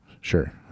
Sure